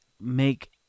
make